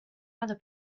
other